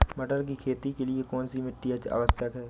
मटर की खेती के लिए कौन सी मिट्टी आवश्यक है?